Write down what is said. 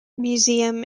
museum